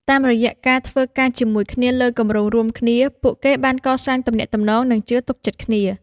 តាមរយៈការធ្វើការជាមួយគ្នាលើគម្រោងរួមគ្នា ពួកគេបានកសាងទំនាក់ទំនងនិងជឿទុកចិត្តគ្នា។